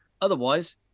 otherwise